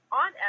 on